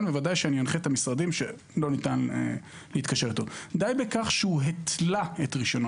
אנחה את המשרדים שלא ניתן להתקשר אתו די בכך שהוא התלה את רישיונו,